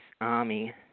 Army